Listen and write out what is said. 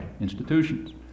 institutions